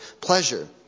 pleasure